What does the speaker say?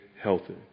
healthy